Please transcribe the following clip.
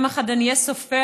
יום אחד אני אהיה סופרת,